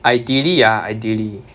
ideally ah ideally